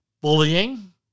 Bullying